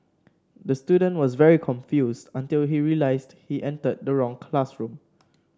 the student was very confused until he realised he entered the wrong classroom